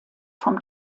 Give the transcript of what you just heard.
vom